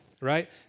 right